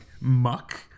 muck